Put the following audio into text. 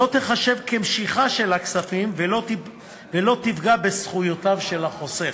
לא תיחשב כמשיכה של הכספים ולא תפגע בזכויות של החוסך,